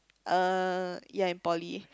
uh ya in poly